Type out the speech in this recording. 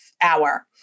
hour